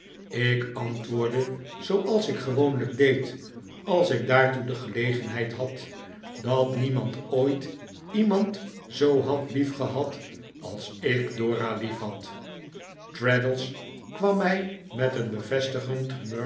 ik antwoordde zooals ik gewoonlijk deed als ik daartoe de gelegenheid had dat niemand ooit iemand zoo had liefgehad als ik dora liefhad traddles kwam mij met een bevestigend